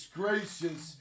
gracious